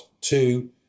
two